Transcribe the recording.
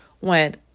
went